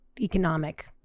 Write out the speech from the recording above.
economic